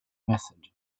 method